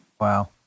Wow